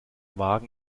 wagen